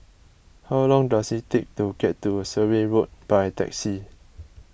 how long does it take to get to Surrey Road by taxi